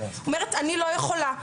אומרת אני לא יכולה,